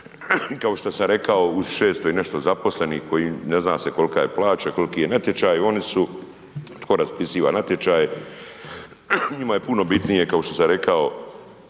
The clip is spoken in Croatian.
kao što sam rekao uz 600 i nešto zaposlenih, koji ne zna se kolika je plaća, koliki je natječaj, oni su, tko raspisuje natječaje, njima je puno bitnije kao što sam rekao